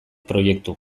proiektu